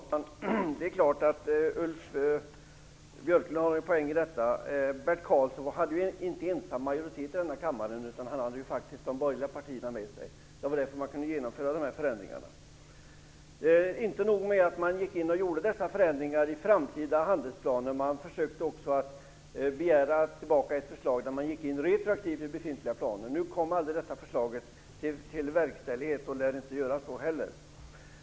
Fru talman! Det är klart att Ulf Björklund har en poäng i det han säger - Bert Karlssons parti hade ju inte ensam majoritet i den här kammaren, utan han hade faktiskt de borgerliga partierna med sig. Det var därför de här förändringarna kunde genomföras. Inte nog med att man gick in och gjorde dessa förändringar i framtida handelsplaner, utan man försökte också få igenom ett förslag som innebar att man skulle kunna gå in retroaktivt i befintliga planer. Det förslaget kom dock aldrig till verkställighet, och det lär inte göra så heller.